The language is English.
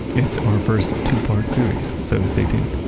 it's our first two part series, so stay tuned